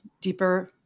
deeper